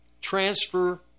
transfer